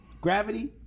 Gravity